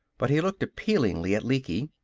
but he looked appealingly at lecky.